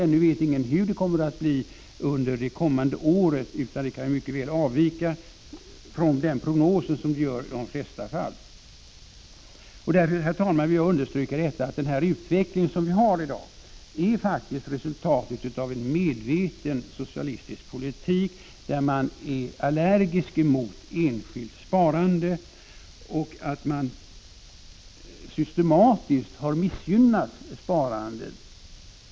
Ännu vet ingen hur det kommer att bli nästa år. Det kan mycket väl avvika från prognosen, som det gör i de flesta fall. Jag vill, herr talman, understryka att den utveckling vi i dag har faktiskt är resultatet av en medvetet socialistisk politik, där man är allergisk mot enskilt sparande. Man har hela tiden systematiskt missgynnat sparandet.